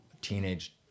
teenage